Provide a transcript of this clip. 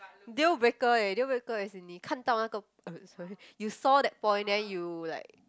deal breaker eh deal breaker is 你看套哪个 uh sorry you saw that point then you like